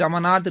Ramana Thiru